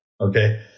Okay